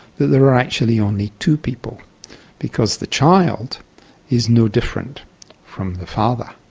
that there were actually only two people because the child is no different from the father.